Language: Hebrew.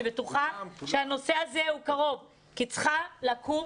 אני בטוחה שהנושא הזה קרוב כי צריכה לקום